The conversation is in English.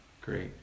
Great